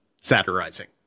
satirizing